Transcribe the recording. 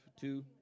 two